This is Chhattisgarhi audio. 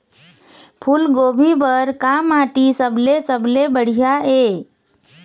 फूलगोभी बर का माटी सबले सबले बढ़िया ये?